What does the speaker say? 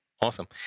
Awesome